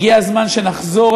הגיע הזמן שנחזור,